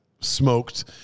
Smoked